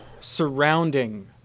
surrounding